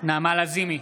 נעמה לזימי,